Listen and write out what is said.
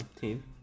team